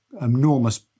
enormous